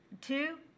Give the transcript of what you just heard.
Two